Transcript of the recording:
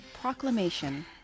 Proclamation